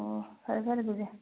ꯑꯣ ꯐꯔꯦ ꯐꯔꯦ ꯑꯗꯨꯗꯤ